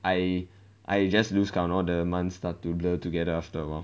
I I just lose count all the months start to blur together after awhile